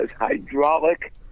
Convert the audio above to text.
hydraulic